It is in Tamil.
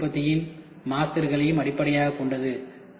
சேர்க்கை உற்பத்தியின் மாஸ்டர் களையும் அடிப்படையாகக் கொண்டது